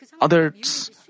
others